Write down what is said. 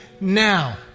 now